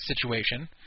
situation